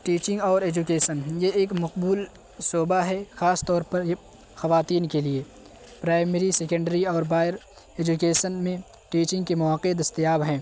teaching اور education یہ ایک مقبول شعبہ ہے خاص طور پر یہ خواتین کے لیے پرائمری سکینڈری اور بائر ایجوکیسن میں ٹیچنگ کے مواقع دستیاب ہیں